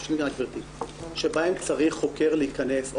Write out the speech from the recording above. אובייקטיבים שבהם צריך חוקר להיכנס או